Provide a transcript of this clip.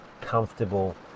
comfortable